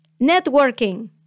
networking